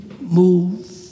move